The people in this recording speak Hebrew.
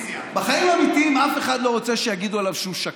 בחיים האמיתיים אף אחד לא רוצה שיגידו עליו שהוא שקרן.